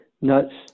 nuts